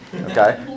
okay